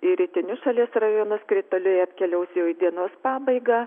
į rytinius šalies rajonus krituliai atkeliaus jau į dienos pabaigą